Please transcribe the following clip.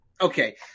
okay